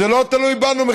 זה לא תלוי בנו,